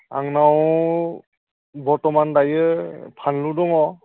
आंनाव बर्त'मान दायो फानलु दङ